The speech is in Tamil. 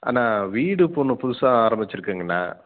அண்ணா வீடு இப்போது ஒன்று புதுசாக ஆரம்பிச்சிருக்கங்ண்ணா